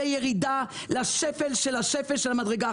זאת ירידה לשפל של השפל של המדרגה.